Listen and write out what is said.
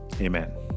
Amen